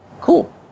Cool